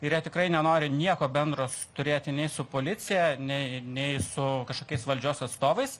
ir jie tikrai nenori nieko bendro turėti nei su policija nei nei su kažkokiais valdžios atstovais